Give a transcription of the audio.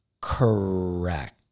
Correct